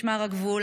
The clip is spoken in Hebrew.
משמר הגבול,